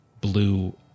blue